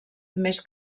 més